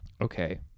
okay